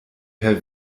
herr